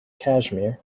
cashmere